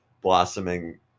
blossoming